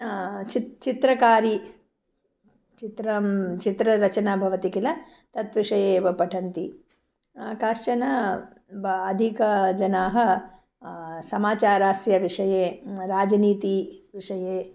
चित्रं चित्रकारी चित्रं चित्ररचना भवति किल तत् विषये एव पठन्ति कश्चन ब अधिकजनाः समाचारस्य विषये राजनीतिविषये